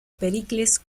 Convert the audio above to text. pericles